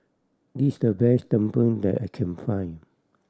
this is the best tumpeng that I can find